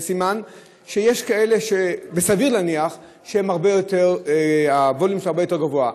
זה סימן שיש כאלה שסביר להניח שהווליום שלהם הרבה יותר גבוה.